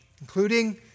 including